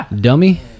dummy